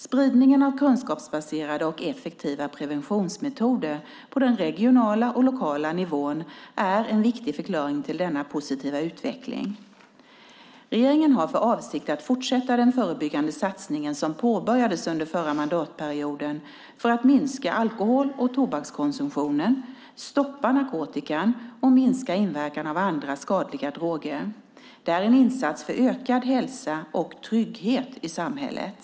Spridningen av kunskapsbaserade och effektiva preventionsmetoder på den regionala och den lokala nivån är en viktig förklaring till denna positiva utveckling. Regeringen har för avsikt att fortsätta den förebyggande satsningen som påbörjades under förra mandatperioden för att minska alkohol och tobakskonsumtionen, stoppa narkotikan och minska inverkan av andra skadliga droger. Det är en insats för ökad hälsa och trygghet i samhället.